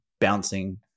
bouncing